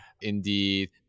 Indeed